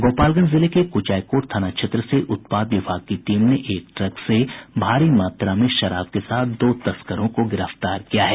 गोपालगंज जिले के कुचायकोट थाना क्षेत्र से उत्पाद विभाग की टीम ने एक ट्रक से भारी मात्रा में शराब के साथ दो तस्करों को गिरफ्तार किया है